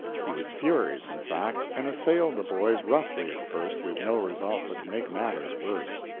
he was furious, in fact, and assailed the boys roughly at first, with no result but to make matters worse.